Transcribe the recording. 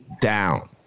down